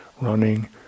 running